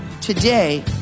today